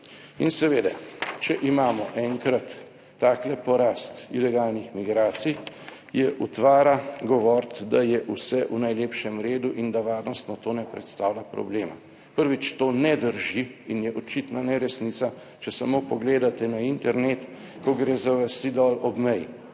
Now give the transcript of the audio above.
Seveda, če imamo enkrat tak porast ilegalnih migracij, je utvara govoriti, da je vse v najlepšem redu in da varnostno to ne predstavlja problema. Prvič, to ne drži in je očitna neresnica. Če samo pogledate na internet, ko gre za vasi dol ob meji,